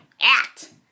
Act